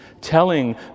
telling